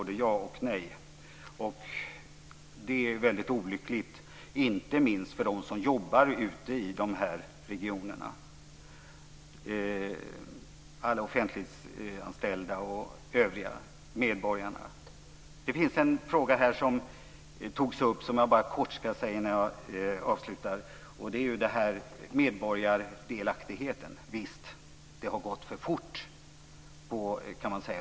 Det är väldigt olyckligt, inte minst för dem som jobbar ute i de här regionerna; alla offentliganställda och övriga medborgare. Det finns en fråga som togs upp här som jag bara kort ska ta upp innan jag avslutar, och det är frågan om medborgardelaktigheten. Visst, det har gått för fort.